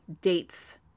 dates